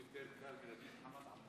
עמאר, במלרע.